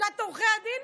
לשכת עורכי הדין?